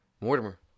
Mortimer